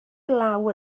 glaw